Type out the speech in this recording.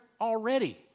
already